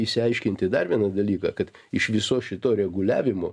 išsiaiškinti dar vieną dalyką kad iš viso šito reguliavimo